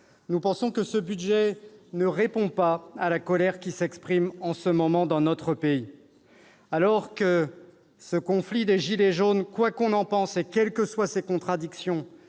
nous pensons que ce budget ne répond pas à la colère qui s'exprime dans notre pays. Alors que ce conflit des « gilets jaunes », quoi qu'on en pense et quelles que soient ses contradictions,